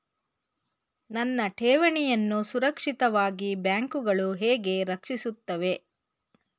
ನನ್ನ ಠೇವಣಿಯನ್ನು ಸುರಕ್ಷಿತವಾಗಿ ಬ್ಯಾಂಕುಗಳು ಹೇಗೆ ರಕ್ಷಿಸುತ್ತವೆ?